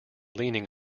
leaning